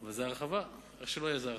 אבל זו הרחבה, איך שלא יהיה זו הרחבה.